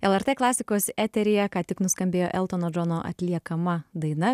lrt klasikos eteryje ką tik nuskambėjo eltono džono atliekama daina